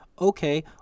okay